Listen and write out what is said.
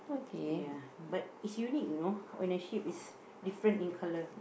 ya but it's unique you know when a sheep is different in colour